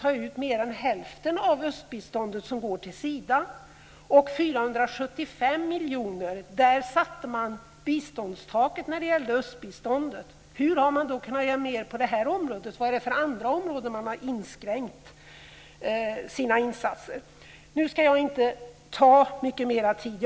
Biståndstaket för östbiståndet sattes vid 475 miljoner. Hur har man då kunnat göra mer på detta område? På vilka andra områden har man då gjort inskränkningar i insatserna? Nu ska jag inte ta mycket mer tid i anspråk.